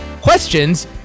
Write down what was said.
questions